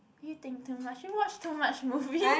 you think too much you watch too much movie